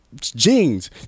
jeans